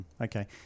Okay